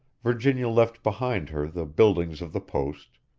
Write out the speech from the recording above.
virginia left behind her the buildings of the post,